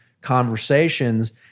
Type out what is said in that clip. conversations